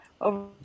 Over